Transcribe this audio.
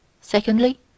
secondly